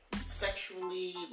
sexually